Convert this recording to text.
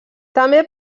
també